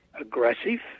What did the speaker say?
aggressive